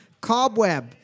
Cobweb